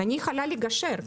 אני יכולה לגשר.